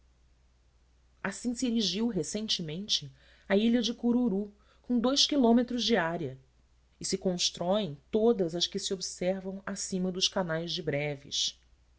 assim se erigiu recentemente a ilha de cururu com dois km de área e se constroem todas as que se observam acima dos canais de breves